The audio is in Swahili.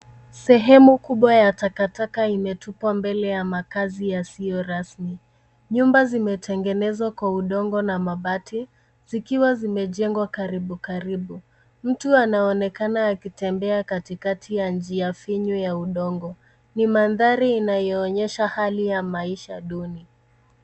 Sehemu kubwa ya takataka imetupwa mbele ya makazi yasiyo rasmi. Nyumba zimetengenezwa kwa udongo na mabati, zikiwa zimejengwa karibu karibu. Mtu anaonekana akitembea katikati ya njia finyo ya udongo. Ni mandhari inayoonyesha hali ya maisha duni.